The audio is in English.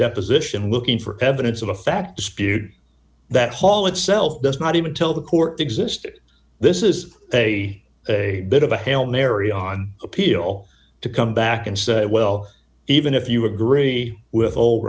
deposition looking for evidence of a fact dispute that hall itself does not even tell the court existed this is a bit of a hail mary on appeal to come back and say well even if you agree with